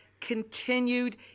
continued